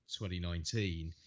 2019